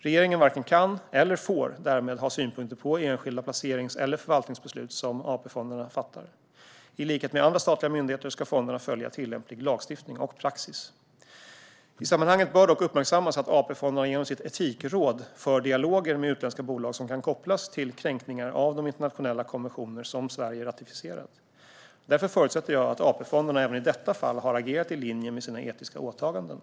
Regeringen varken kan eller får därmed ha synpunkter på enskilda placerings eller förvaltningsbeslut som AP-fonderna fattar. I likhet med andra statliga myndigheter ska fonderna följa tillämplig lagstiftning och praxis.I sammanhanget bör dock uppmärksammas att AP-fonderna genom sitt etikråd för dialoger med utländska bolag som kan kopplas till kränkningar av de internationella konventioner som Sverige har ratificerat. Därför förutsätter jag att AP-fonderna även i detta fall har agerat i linje med sina etiska åtaganden.